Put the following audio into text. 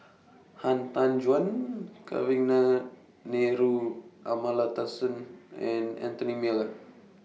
Han Tan Juan Kavignareru Amallathasan and Anthony Miller